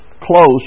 close